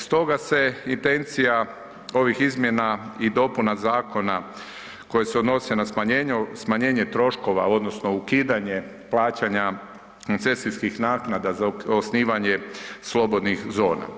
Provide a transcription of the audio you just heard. Stoga se intencija ovih izmjena i dopuna zakona koje se odnose na smanjenje, smanjenje troškova odnosno ukidanje plaćanje koncesijskih naknada za osnivanje slobodnih zona.